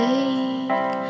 Take